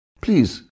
Please